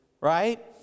Right